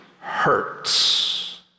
hurts